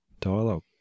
dialogue